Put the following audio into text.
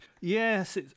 Yes